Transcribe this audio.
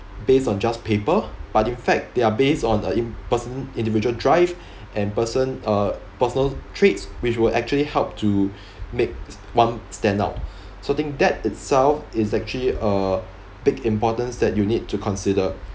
based on just paper but in fact there are based on a im~ person individual drive and person uh personal traits which will actually help to make one stand out so I think that itself is actually a big importance that you need to consider